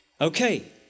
Okay